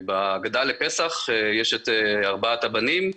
שבהגדה לפסח יש ארבעת הבנים,